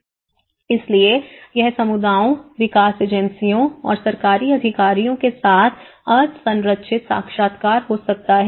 इसलिए यह समुदायों विकास एजेंसियों और सरकारी अधिकारियों के साथ अर्ध संरचित साक्षात्कार हो सकता है